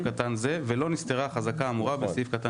קטן זה ולא נסתרה החזקה האמורה בסעיף קטן